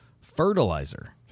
fertilizer